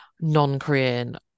non-korean